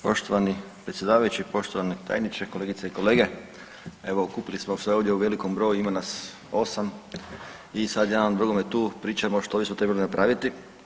Poštovani predsjedavajući, poštovani tajniče, kolegice i kolege evo okupili smo se ovdje u velikom broju, ima nas 8 i sad jedan drugome pričamo što bismo trebali napraviti.